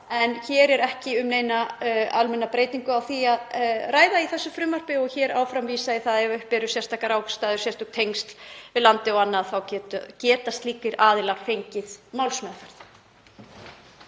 En ekki er um neina almenna breytingu á því að ræða í þessu frumvarpi og áfram vísað í það að ef uppi eru sérstakar ástæður, sérstök tengsl við landið og annað, þá geti slíkir aðilar fengið málsmeðferð.